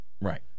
right